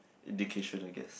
education I guess